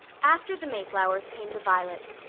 after the mayflowers came the violets,